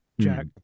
Jack